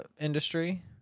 industry